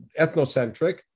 ethnocentric